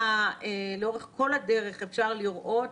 לאורך כל הדרך אפשר לראות,